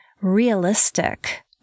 realistic